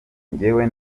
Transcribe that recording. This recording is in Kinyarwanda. njyewe